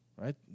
Right